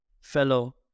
fellow